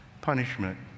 punishment